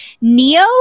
Neo